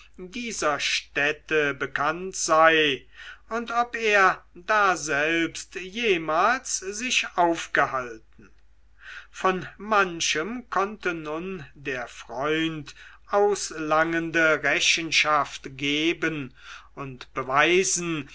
dieser städte bekannt sei und ob er daselbst jemals sich aufgehalten von manchem konnte nun der freund auslangende rechenschaft geben und beweisen